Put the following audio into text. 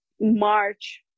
march